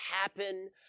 happen